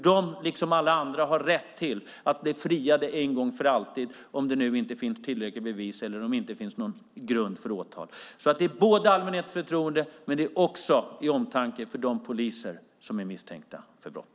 De liksom alla andra har rätt att bli friade för alltid om det inte finns tillräckliga bevis eller grund för åtal. Detta är alltså för att stärka allmänhetens förtroende men också av omtanke om de poliser som är misstänkta för brott.